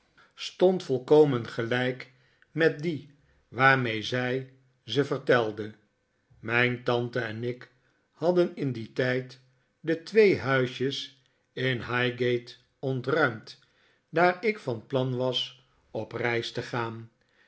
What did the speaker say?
yarmouth komen gelijk met die waarmee zij ze vertelde mijn tante en ik hadden in dien tijd de twee huisjes in highgate ontruimd daar ik van plan was op reis te gaan